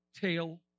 tail